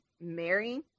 Mary